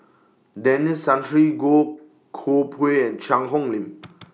Denis Santry Goh Koh Pui and Cheang Hong Lim